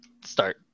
start